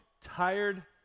tired